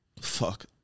Fuck